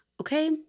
okay